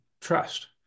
trust